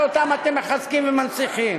שאותם אתם מחזקים ומנציחים.